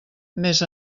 més